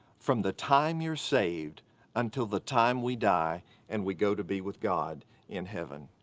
from the time you're saved until the time we die and we go to be with god in heaven.